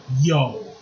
yo